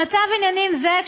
במצב עניינים זה,